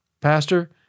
Pastor